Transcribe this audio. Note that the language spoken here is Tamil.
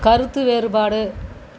கருத்து வேறுபாடு